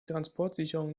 transportsicherung